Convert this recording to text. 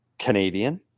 Canadian